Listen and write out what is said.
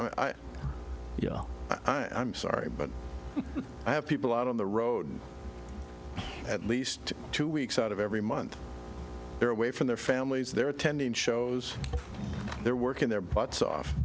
know i'm sorry but i have people out on the road at least two weeks out of every month they're away from their families they're attending shows they're working their butts off